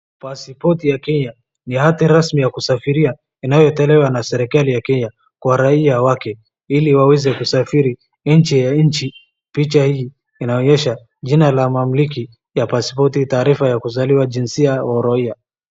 Pasipoti ya Kenya ni hati rasmi ya kusafiria inayotolewa na serikali ya Kenya kwa raia wake ili waweze kusafiri nchi ya nchi. Picha hii inaonyesha jina la mamuliki ya pasipoti, taarifa ya kuzaliwa, jinsia, uraia.